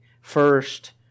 First